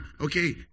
okay